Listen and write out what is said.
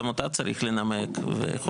גם אותה צריך לנמק וכו'.